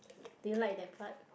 do you like that part